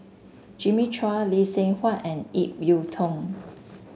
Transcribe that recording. Jimmy Chua Lee Seng Huat and Ip Yiu Tung